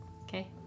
Okay